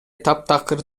таптакыр